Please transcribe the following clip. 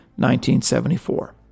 1974